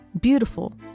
beautiful